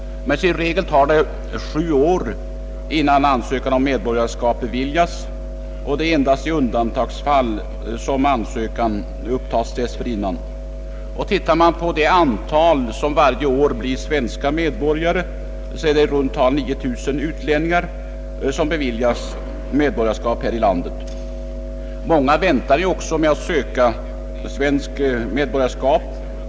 Men i regel tar det sju år innan ansökan om medborgarskap beviljas. Endast i undantagsfall upptas ansökan dessförinnan. Det antal utlänningar som varje år blir svenska medborgare, är i runt tal 9.000. Många väntar också med att söka svenskt medborgarskap.